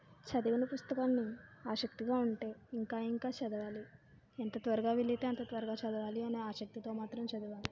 చదివిన పుస్తకాన్ని ఆసక్తిగా ఉంటే ఇంకా ఇంకా చదవాలి ఎంత త్వరగా వీలైతే అంత త్వరగా చదవాలి అనే ఆసక్తితో మాత్రం చదివాను